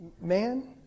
Man